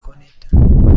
کنید